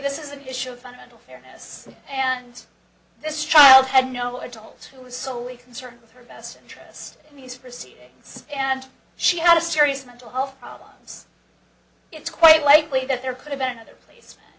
this is an issue of fundamental fairness and this child had no adult who was solely concerned with her best interest in these proceedings and she had a serious mental health problems it's quite likely that there could have been other places